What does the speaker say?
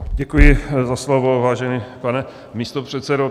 Děkuji za slovo, vážený pane místopředsedo.